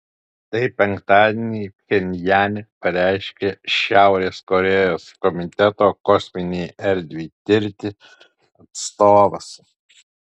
tai penktadienį pchenjane pareiškė šiaurės korėjos komiteto kosminei erdvei tirti atstovas